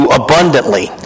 abundantly